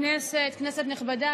כנסת נכבדה,